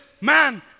man